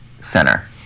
center